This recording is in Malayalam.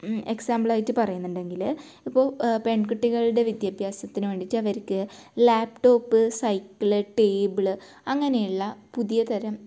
എക്സാമ്പിളായിട്ട് പറയുന്നുണ്ടെങ്കിൽ ഇപ്പോൾ പെൺകുട്ടികളുടെ വിദ്യാഭ്യാസത്തിന് വേണ്ടീട്ട് അവർക്ക് ലാപ്ടോപ്പ് സൈക്കിള് ടേബിള് അങ്ങനെയുള്ള പുതിയ തരം